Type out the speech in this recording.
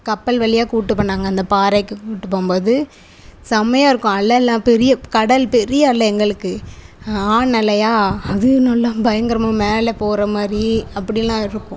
கப்பல் வழியா கூப்பிட்டு போனாங்க இந்த பாறைக்கு கூப்பிட்டு போகும் போது செம்மையாக இருக்கும் அலைலாம் பெரிய கடல் பெரிய அலை எங்களுக்கு ஆண் அலையாக அதுவும் நல்லா பயங்கரமாக மேலே போகிற மாதிரி அப்படிலாம் இருக்கும்